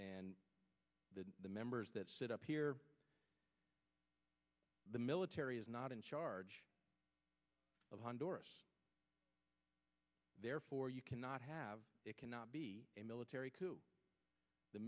and the members that sit up here the military is not in charge of honduras therefore you cannot have it cannot be a military coup the